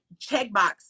checkbox